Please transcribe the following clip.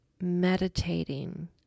meditating